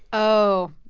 oh,